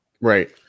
Right